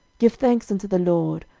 give thanks unto the lord,